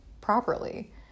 properly